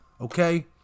Okay